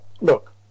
look